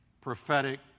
prophetic